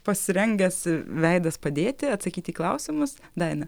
pasirengęs veidas padėti atsakyti į klausimus daina